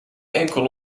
enkel